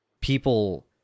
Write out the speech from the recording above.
people